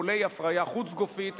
טיפולי הפריה חוץ-גופית,